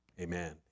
amen